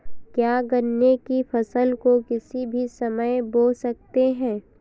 क्या गन्ने की फसल को किसी भी समय बो सकते हैं?